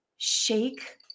Shake